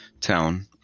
town